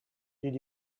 did